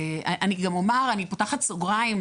אני פותחת סוגריים.